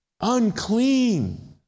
unclean